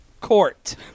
Court